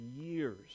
years